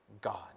God